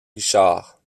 richard